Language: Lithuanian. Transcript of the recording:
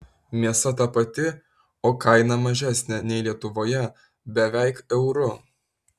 mėsa ta pati o kaina mažesnė nei lietuvoje beveik euru